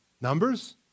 Numbers